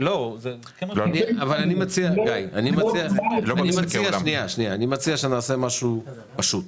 אני מציע שנעשה משהו פשוט.